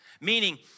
Meaning